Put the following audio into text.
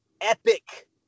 epic